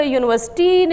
university